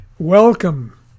Welcome